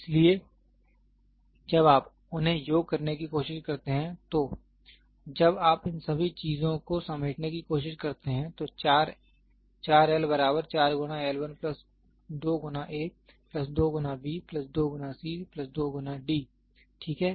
इसलिए जब आप उन्हें योग करने की कोशिश करते हैं तो जब आप इन सभी चीजों को समेटने की कोशिश करते हैं तो 4 L बराबर 4 गुना L 1 प्लस 2 गुना a प्लस 2 गुना b प्लस 2 गुना c प्लस 2 गुना d ठीक है